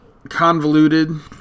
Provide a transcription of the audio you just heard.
convoluted